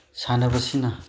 ꯁꯥꯟꯅꯕꯁꯤꯅ